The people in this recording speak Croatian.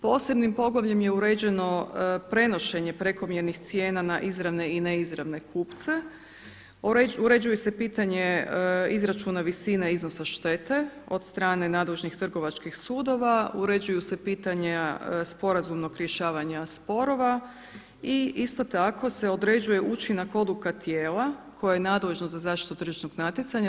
Posebnim poglavljem je uređeno prenošenje prekomjernih cijena na izravne i neizravne kupce, uređuje se pitanje izračuna visine iznosa štete od strane nadležnih trgovačkih sudova, uređuju se pitanja sporazumnog rješavanja sporova i isto tako se određuje učinak odluka tijela koje je nadležno za zaštitu tržišnog natjecanja.